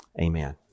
amen